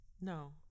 no